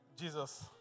Jesus